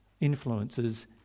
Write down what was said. influences